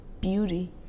beauty